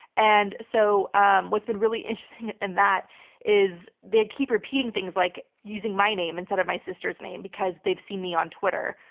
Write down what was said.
and so um what's been really interesting in that is they keep repeating things like using my name instead of my sister's name because they've seen me on twitter,